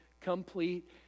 complete